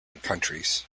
countries